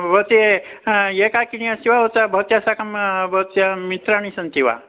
भवती एकाकिनी अस्ति वा उत भवत्या साकं भवत्याः मित्राणि सन्ति वा